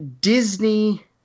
Disney